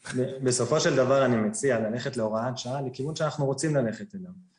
בסופו של דבר אני מציע ללכת להוראת שעה לכיוון שאנחנו רוצים ללכת אליו,